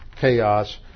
chaos